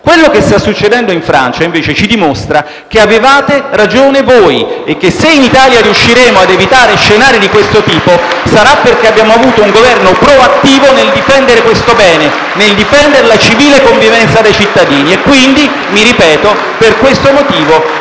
Quello che sta succedendo in Francia invece ci dimostra che avevate ragione voi *(Applausi dai Gruppi L-SP-PSd'Az e M5S)* e che se in Italia riusciremo ad evitare scenari di questo tipo, sarà perché abbiamo avuto un Governo proattivo nel difendere questo bene, nel difendere la civile convivenza dei cittadini. Pertanto - mi ripeto - per questo motivo